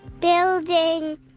building